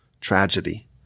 tragedy